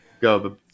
go